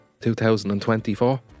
2024